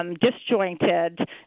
Disjointed